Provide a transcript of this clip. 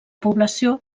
població